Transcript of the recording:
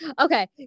okay